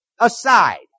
aside